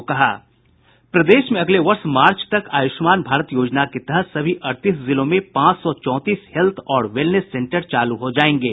प्रदेश में अगले वर्ष मार्च तक आयुष्मान भारत योजना के तहत सभी अड़तीस जिलों में पांच सौ चौंतीस हेत्थ और वेलनेस सेंटर चालू हो जायेंगे